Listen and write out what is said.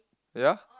ya